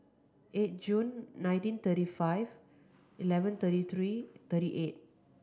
eight June nineteen thirty five eleven thirty three thirty eight